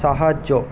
সাহায্য